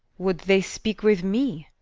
would they speake with me?